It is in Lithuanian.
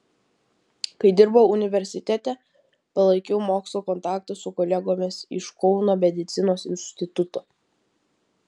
kai dirbau universitete palaikiau mokslo kontaktus su kolegomis iš kauno medicinos instituto